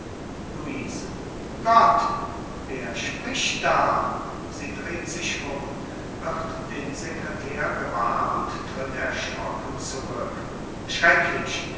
luise gott wer spricht da sie dreht sich um wird den secretär gewahr und tritt erschrocken zurück schrecklich